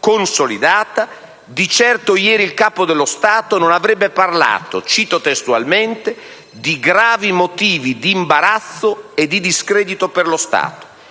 consolidata, di certo ieri il Capo dello Stato non avrebbe parlato - cito testualmente - «di gravi motivi di imbarazzo e di discredito per lo Stato»